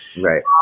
Right